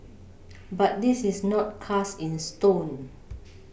but this is not cast in stone